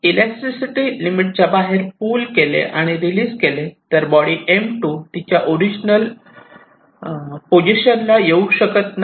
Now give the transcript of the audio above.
elasticity limit च्या बाहेर pull केले आणि रिलीज केले तर बॉडी M2 तिच्या ओरिजनल ऑडिशनला येऊ शकत नाही